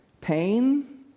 Pain